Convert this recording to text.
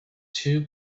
too